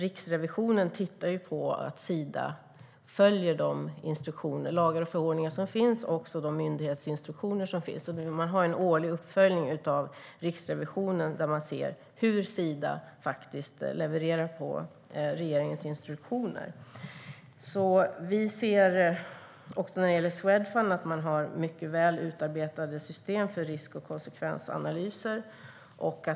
Riksrevisionen tittar på om Sida följer de lagar, förordningar och myndighetsinstruktioner som finns och gör en årlig uppföljning av hur Sida följer regeringens instruktioner. Swedfund har också mycket väl utarbetade system för risk och konsekvensanalyser.